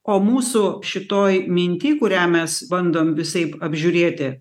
o mūsų šitoj minty kurią mes bandom visaip apžiūrėti